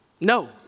no